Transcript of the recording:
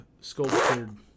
sculptured